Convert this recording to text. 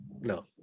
No